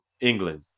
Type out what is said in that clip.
England